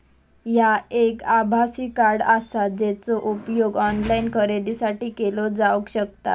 ह्या एक आभासी कार्ड आसा, जेचो उपयोग ऑनलाईन खरेदीसाठी केलो जावक शकता